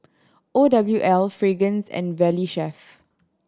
O W L Fragrance and Valley Chef